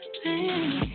baby